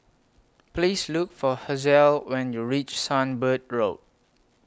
Please Look For Hazelle when YOU REACH Sunbird Road